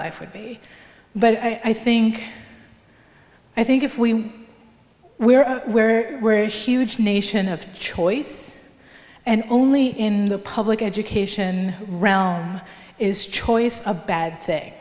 life would be but i think i think if we we are where we're a huge nation of choice and only in the public education realm is choice a bad thing